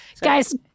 Guys